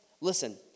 listen